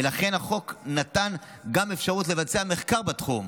ולכן החוק נתן גם אפשרות לבצע מחקר בתחום,